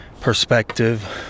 perspective